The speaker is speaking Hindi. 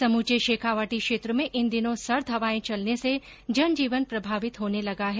समुचे शेखावाटी क्षेत्र में इन दिनों सर्द हवायें चलने से जनजीवन प्रभावित होने लगा है